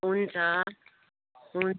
हुन्छ हुन्